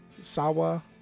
Sawa